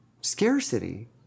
scarcity